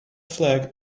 flag